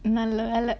நல்ல வேல:nalla vela